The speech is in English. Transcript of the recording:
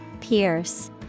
Pierce